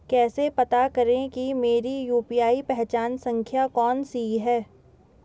कैसे पता करें कि मेरी यू.पी.आई पहचान संख्या कौनसी है?